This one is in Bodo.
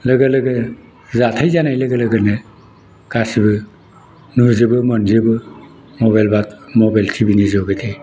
लोगो लोगो जाथाय जानाय लोगो लोगोनो गासैबो नुजोबो मोनजोबो मबाइल टिभिनि जुगेदि